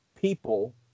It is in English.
people